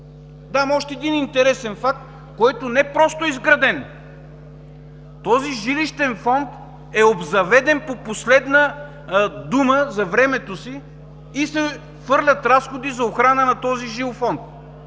дам още един интересен факт, който не просто е изграден, този жилищен фонд е обзаведен по последна дума за времето си и се хвърлят разходи за охраната му, а в